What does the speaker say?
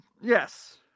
Yes